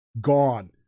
gone